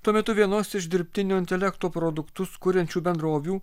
tuo metu vienos iš dirbtinio intelekto produktus kuriančių bendrovių